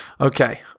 Okay